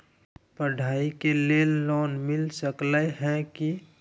पढाई के लेल लोन मिल सकलई ह की?